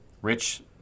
Rich